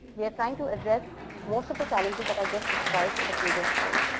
we are trying to address most of the challenges that i just described in the previous slide.